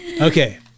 Okay